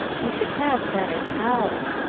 we should have better health.